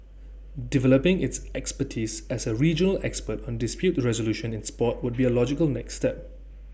developing its expertise as A regional expert on dispute resolution in Sport would be A logical next step